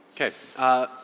Okay